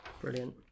Brilliant